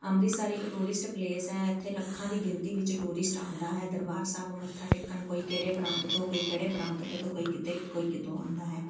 ਅੰਮ੍ਰਿਤਸਰ ਇੱਕ tourist place ਹੈ ਇਥੇ ਲੱਖਾਂ ਦੀ ਗਿਣਤੀ ਵਿੱਚ ਟੂਰਿਸਟ ਆਉਂਦਾ ਹੈ ਦਰਬਾਰ ਸਾਹਿਬ ਮੱਥਾ ਟੇਕਣ ਕੋਈ ਕਿਹੜੇ ਪ੍ਰਾਂਤ ਤੋਂ ਕੋਈ ਕਿਹੜੇ ਪ੍ਰਾਂਤ ਤੋਂ ਤੋਂ ਕੋਈ ਕਿਤੇ ਕੋਈ ਕਿਤੋਂ ਆਉਂਦਾ ਹੈ